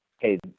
Hey